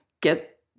get